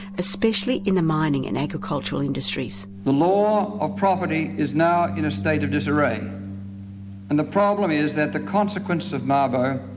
especially in the mining and agricultural industries. the law of property is now in a state of disarray and the problem is that the consequences of mabo,